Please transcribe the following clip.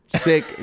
sick